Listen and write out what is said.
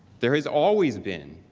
there has always been